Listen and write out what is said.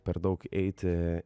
per daug eiti